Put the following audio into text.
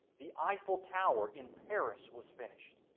the eiffel tower in paris was finished,